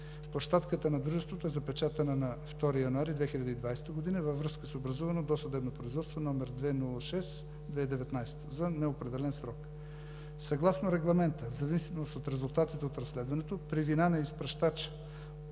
Площадката на дружеството е запечатана на 2 януари 2020 г. във връзка с образувано досъдебно производство № 206/2019 г. за неопределен срок. Съгласно Регламента в зависимост от резултатите от разследването при вина на изпращача